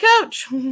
coach